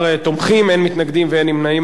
ובכן, 11 תומכים, אין מתנגדים ואין נמנעים.